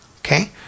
okay